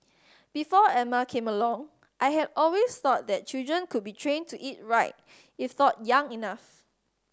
before Emma came along I had always thought that children could be trained to eat right if taught young enough